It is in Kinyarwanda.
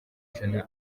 ijana